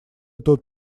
тот